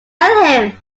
him